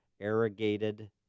arrogated